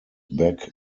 back